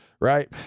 Right